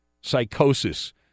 psychosis